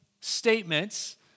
statements